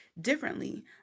differently